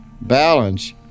balance